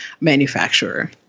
manufacturer